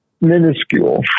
minuscule